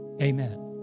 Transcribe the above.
amen